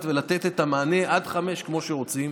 ולתת את המענה עד 17:00 כמו שרוצים,